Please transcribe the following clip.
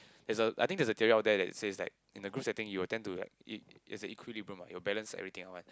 there's a I think there's a theory out there that says like in a group setting you will tend to like you there is a equilibrium [what] you will balance everything out [one]